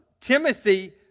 Timothy